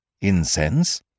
Incense